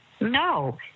no